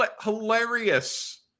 Hilarious